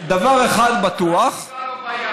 דבר אחד בטוח, בים.